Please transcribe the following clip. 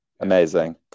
Amazing